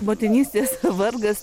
motinystės vargas